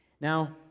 Now